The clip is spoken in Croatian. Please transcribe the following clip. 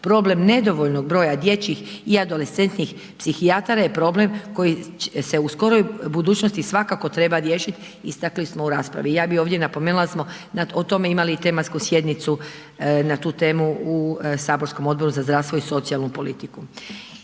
Problem nedovoljnog broja dječjih i adolescentnih psihijatara je problem koji se u skoroj budućnosti svakako treba riješiti istakli smo u raspravi. Ja bi ovdje napomenula da smo o tome imali i tematsku sjednicu na tu temu u saborskom Odboru za zdravstvo i socijalnu politiku.